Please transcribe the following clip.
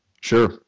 Sure